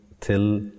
till